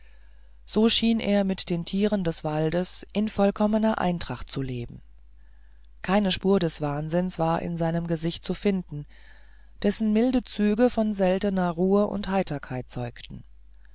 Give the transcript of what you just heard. so schien er mit den tieren des waldes in vollkommener eintracht zu leben keine spur des wahnsinns war in seinem gesicht zu finden dessen milde züge von seltener ruhe und heiterkeit zeugten